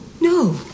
No